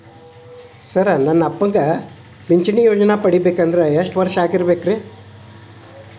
Sir ನನ್ನ ಅಪ್ಪನಿಗೆ ಪಿಂಚಿಣಿ ಯೋಜನೆ ಪಡೆಯಬೇಕಂದ್ರೆ ಎಷ್ಟು ವರ್ಷಾಗಿರಬೇಕ್ರಿ?